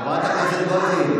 חברים, זה נקרא להידבר?